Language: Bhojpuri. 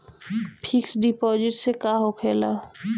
फिक्स डिपाँजिट से का होखे ला?